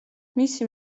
მისი